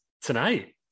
tonight